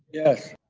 yes.